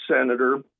senator